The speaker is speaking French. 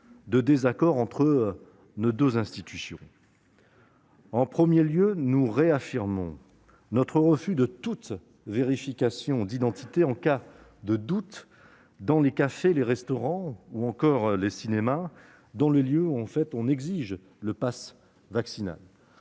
de désaccord entre nos deux institutions. En premier lieu, nous réaffirmons notre refus de toute vérification d'identité en cas de doute, dans les cafés, les restaurants, les cinémas, bref, dans les lieux où le passe vaccinal